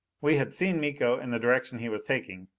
we had seen miko and the direction he was taking,